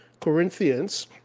Corinthians